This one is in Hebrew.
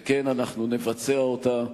וכן, אנחנו נבצע אותה.